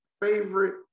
favorite